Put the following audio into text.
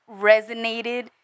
resonated